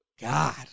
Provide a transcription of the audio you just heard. God